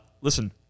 listen